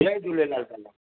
जय झूलेलाल भला